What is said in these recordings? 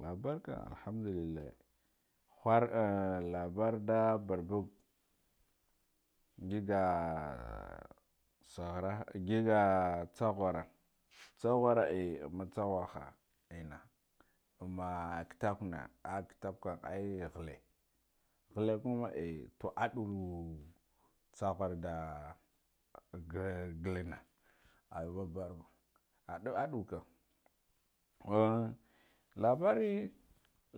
Labarkam alhamdulillahi khur labarda barbaga ngiga ah saghara ngiga tsakhura tsakhura amma tsakhuha enna ammu kite kwen enna ah kitakwan kan ai khele khele kahra eh to aduu tsakhar da ga galna ayu babarna adua adukam labari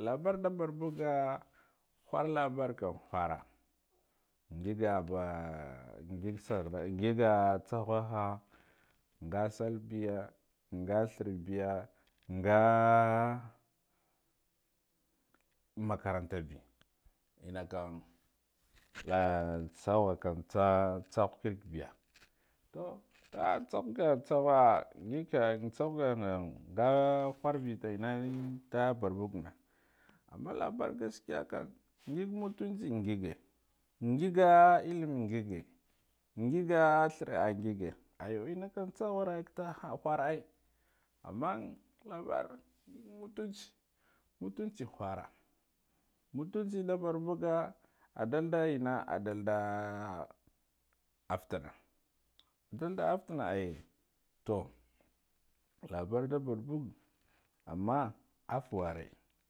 labar da barbaga khara labar kam khura ngiga ba ngig sarna ngiga tsakhuha nga sali biye nga threa biya nga makaranta be enna kam an tsakhukan tsa tsakirk biya to ta tsah kam tsakhu ngiga tsakhun nga kharbi kam ennan da barboga na amman labari gaskiyakam ngig mitunci ngigge ngiga ilim ngige threa ah ngig aya enna kam tsakha ta khur ai, amma labar ngig mutunci mutunci khara mutunci da barbaga adalda enna addlda aftana adalda aftana eh to labar da borbug amman afuware.